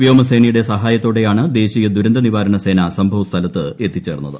വ്യോമസേനയുടെ സഹായത്തോടെയാണ് ദേശീയ ദുരന്ത നിവാരണ സേന സംഭവ സ്ഥലത്ത് എത്തിച്ചേർന്നത്